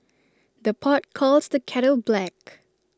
the pot calls the kettle black